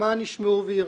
למען ישמעו ויראו.